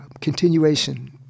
continuation